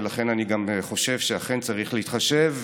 ולכן אני גם חושב שאכן צריך להתחשב.